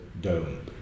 dome